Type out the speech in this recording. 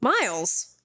Miles